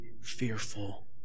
fearful